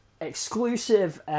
exclusive